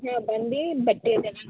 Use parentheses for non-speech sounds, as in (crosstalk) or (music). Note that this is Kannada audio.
ಹಾಂ ಬಂದು ಬಟ್ಟೆ (unintelligible)